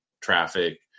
traffic